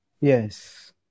Yes